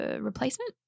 replacement